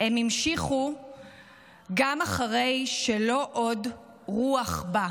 הם המשיכו גם אחרי שלא עוד רוח בה.